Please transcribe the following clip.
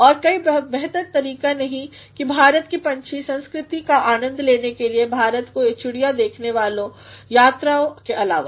और कोईबेहतर तरीका नहीं है भारत कीपक्षी संस्कृति का आनंद लेने के लिए भारत केचिड़िया देखने वाले यात्राओं के आलावा